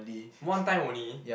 one time only